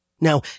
Now